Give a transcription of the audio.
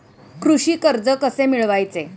कृषी कर्ज कसे मिळवायचे?